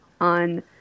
on